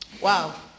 Wow